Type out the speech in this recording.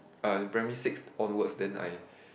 uh in primary six onwards then I